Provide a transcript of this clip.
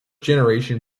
generation